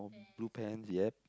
blue pants yup